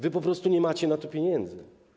Wy po prostu nie macie na to pieniędzy.